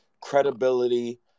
credibility